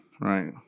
right